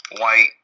white